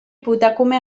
putakume